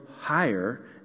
higher